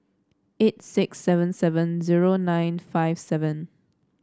eight six seven seven zero nine five seven